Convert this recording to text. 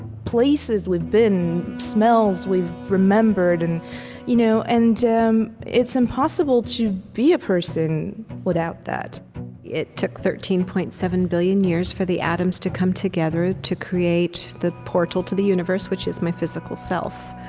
places we've been, smells we've remembered. and you know and um it's impossible to be a person without that it took thirteen point seven billion years for the atoms to come together ah to create the portal to the universe, which is my physical self.